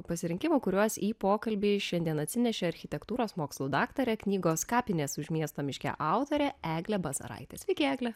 pasirinkimų kuriuos į pokalbį šiandien atsinešė architektūros mokslų daktarė knygos kapinės už miesto miške autorė eglė bazaraitė sveiki egle